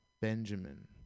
Benjamin